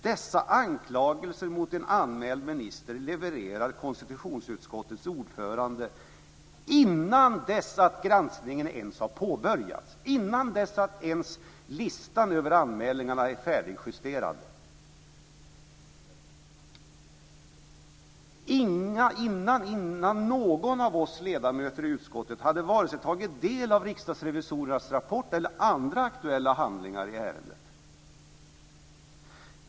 Dessa anklagelser mot en anmäld minister levererade alltså konstitutionsutskottets ordförande innan granskningen ens hade påbörjats, innan listan över anmälningarna ens var färdigjusterad och innan någon av oss ledamöter i utskottet hade tagit del av riksdagsrevisorernas rapport eller andra aktuella handlingar i ärendet.